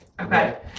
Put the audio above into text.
Okay